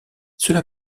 cela